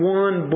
one